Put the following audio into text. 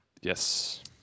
Yes